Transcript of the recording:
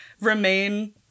remain